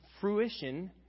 fruition